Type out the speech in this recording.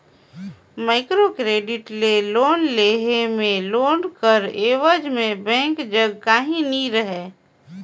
micro credit ले loan लेय में लोन कर एबज में बेंक जग काहीं नी रहें